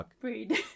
breed